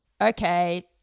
Okay